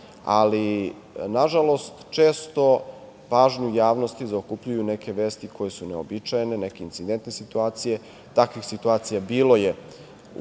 ali nažalost često pažnju javnosti zaokupljuju neke vesti koje su neuobičajene, neke incidentne situacije, takvih situacija je